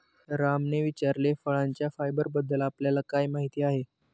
रामने विचारले, फळांच्या फायबरबद्दल आपल्याला काय माहिती आहे?